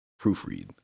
Proofread